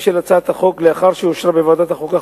של הצעת החוק לאחר שאושרה בוועדת החוקה,